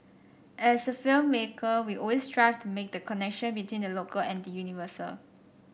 as a filmmaker we always strive to make the connection between the local and the universal